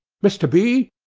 mr. b,